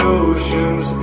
oceans